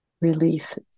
Release